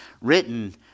Written